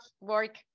work